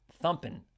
thumping